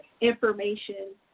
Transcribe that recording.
information